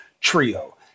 trio